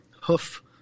hoof